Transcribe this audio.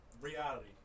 reality